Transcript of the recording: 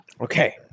Okay